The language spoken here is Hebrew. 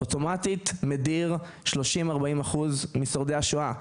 מדיר אוטומטית 30-40 אחוז משורדי השואה.